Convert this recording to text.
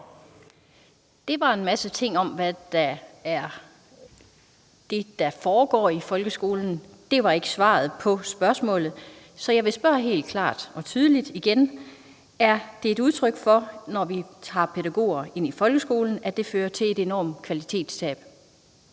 Det var en masse ting om det, der foregår i folkeskolen. Det var ikke svaret på spørgsmålet, så jeg vil spørge helt klart og tydeligt igen: Er det ministerens holdning, at når vi tager pædagoger ind i folkeskolen, vil det føre til et enormt kvalitetstab?